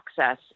access